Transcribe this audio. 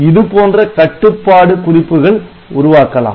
இதுபோன்ற கட்டுப்பாட்டு குறிப்புகள் உருவாக்கலாம்